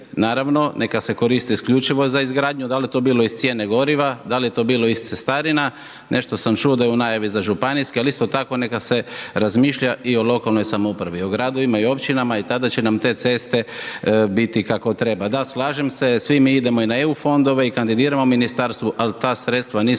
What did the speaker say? naravno neka se koriste isključivo za izgradnju, da li je to bilo iz cijene goriva, da li je to bilo iz cestarina, nešto sam čuo da je u najavi za županijske, ali isto tako neka se razmišlja dio o lokalnoj samoupravi, o gradovima i općinama i tada će nam te ceste biti kako treba. Da slažem se, svi mi idemo i na EU fondove i kandidiramo u ministarstvu, al ta sredstva nisu